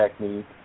technique